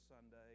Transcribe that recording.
Sunday